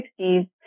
1960s